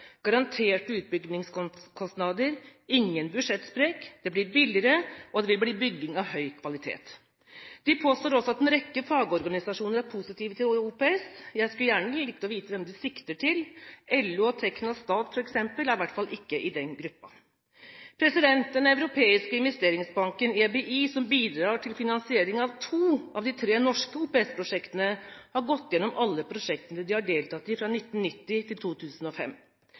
garanterte utbyggingskostnader, ingen budsjettsprekk, det blir billigere, og det vil bli bygging av høy kvalitet. De påstår også at en rekke fagorganisasjoner er positive til OPS. Jeg skulle gjerne likt å vite hvem de sikter til. LO og Tekna Stat f.eks. er i hvert fall ikke i den gruppen. Den europeiske investeringsbanken, EIB, som bidrar til finansieringen av to av de tre norske OPS-prosjektene, har gått gjennom alle prosjektene de har deltatt i fra 1990 til 2005.